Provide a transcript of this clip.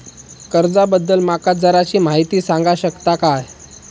कर्जा बद्दल माका जराशी माहिती सांगा शकता काय?